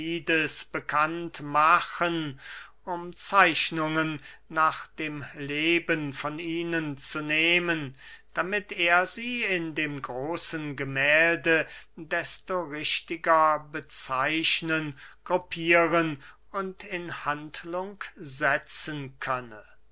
bekannt machen um zeichnungen nach dem leben von ihnen zu nehmen damit er sie in dem großen gemählde desto richtiger bezeichnen gruppieren und in handlung setzen könne